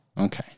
Okay